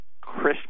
Christmas